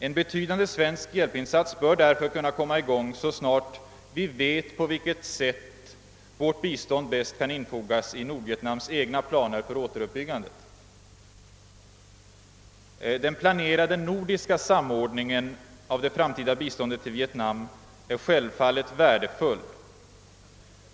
En betydande svensk hjälpinsats bör därför kunna komma i gång så snart vi vet på vilket sätt vårt bistånd bäst kan infogas i Nordvietnams egna planer för återuppbyggandet. Den planerade nordiska samordningen av det framtida biståndet till Vietnam är självfallet värdefull.